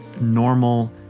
normal